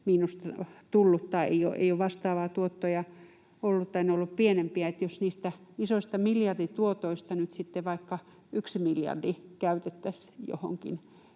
miinusta tullut tai ei ole vastaavia tuottoja ollut tai ne ovat olleet pienempiä, niin jos niistä isoista miljardituotoista nyt sitten vaikka yksi miljardi käytettäisiin johonkin,